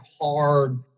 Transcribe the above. hard